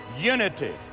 unity